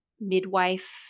midwife